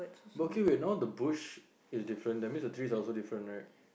but okay wait now the bush is different that means the trees are also different right